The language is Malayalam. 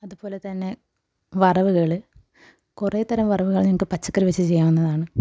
അതുപോലെ തന്നെ വറവുകൾ കുറേ തരം വറവുകൾ ഞങ്ങൾക്ക് പച്ചകറി വച്ച് ചെയ്യാവുന്നതാണ്